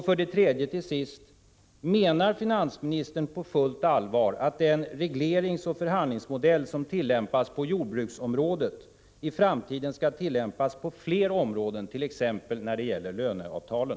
För det tredje och till sist: Menar finansministern på fullt allvar att den regleringsoch förhandlingsmodell som tillämpas på jordbruksområdet i framtiden skall tillämpas på fler områden, t.ex. när det gäller löneavtalen?